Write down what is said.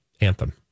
anthem